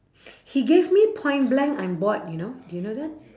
he gave me point blank I'm bored you know do you know that